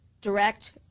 direct